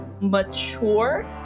mature